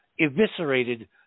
eviscerated